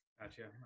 gotcha